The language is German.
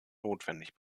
notwendig